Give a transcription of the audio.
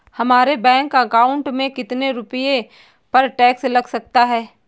हमारे bank account में कितने रुपये पर टैक्स लग सकता है?